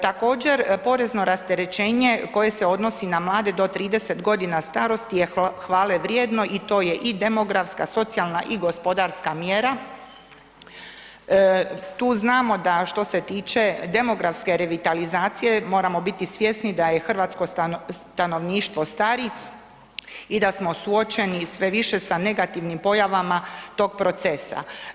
Također porezno rasterećenje koje se odnosi na mlade do 30.g. starosti je hvale vrijedno i to je i demografska, socijalna i gospodarska mjera, tu znamo da što se tiče demografske revitalizacije moramo biti svjesni da hrvatsko stanovništvo stari i da smo suočeni sve više sa negativnim pojavama tog procesa.